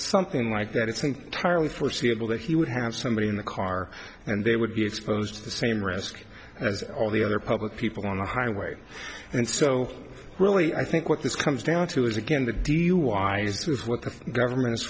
something like that it's entirely foreseeable that he would have somebody in the car and they would be exposed to the same risk as all the other public people on the highway and so really i think what this comes down to is again the duis is what the government is